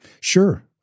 Sure